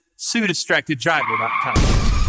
SueDistractedDriver.com